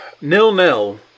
nil-nil